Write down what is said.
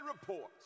reports